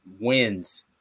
wins